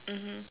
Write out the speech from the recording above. mmhmm